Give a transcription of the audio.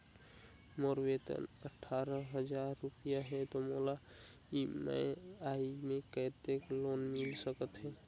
मोर वेतन अट्ठारह हजार रुपिया हे मोला ई.एम.आई मे कतेक लोन मिल सकथे?